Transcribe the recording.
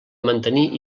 mantenir